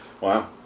Wow